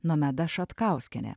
nomeda šatkauskienė